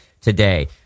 today